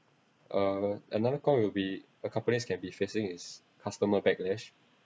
uh another con will be a company can be facing is customer backlash